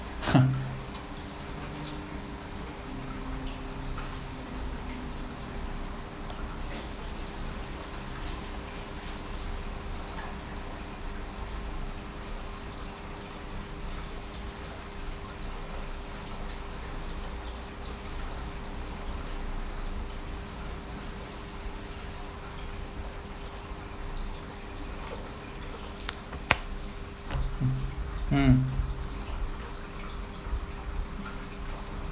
mm